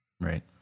right